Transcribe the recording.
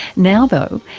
now though,